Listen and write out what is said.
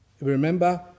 Remember